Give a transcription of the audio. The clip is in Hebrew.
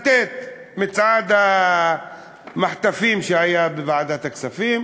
מצעד המחטפים שהיה בוועדת הכספים,